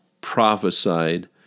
prophesied